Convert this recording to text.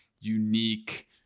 unique